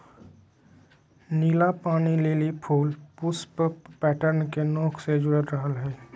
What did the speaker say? नीला पानी लिली फूल पुष्प पैटर्न के नोक से जुडल रहा हइ